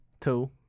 Two